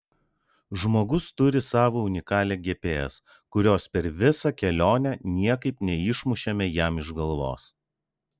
žmogus turi savo unikalią gps kurios per visą kelionę niekaip neišmušėme jam iš galvos